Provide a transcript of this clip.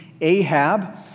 Ahab